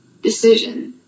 decision